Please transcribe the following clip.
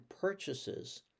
purchases